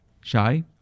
Shy